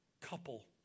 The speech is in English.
couple